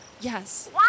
Yes